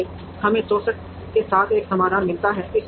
इसलिए हमें 64 के साथ एक समाधान मिलता है